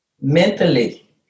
Mentally